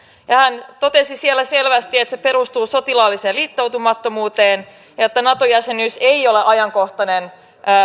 hän totesi siellä selvästi että se perustuu sotilaalliseen liittoutumattomuuteen ja että nato jäsenyys ei ole ajankohtainen